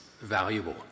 valuable